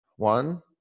one